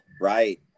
right